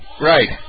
Right